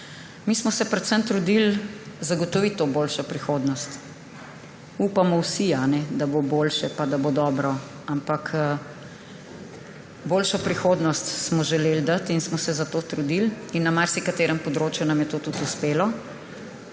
Mi smo se predvsem trudili zagotoviti to boljšo prihodnost. Vsi upamo, da bo boljše pa da bo dobro, ampak boljšo prihodnost smo želeli dati in smo se za to trudili in na marsikaterem področju nam je to tudi uspelo.